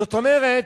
זאת אומרת,